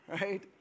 Right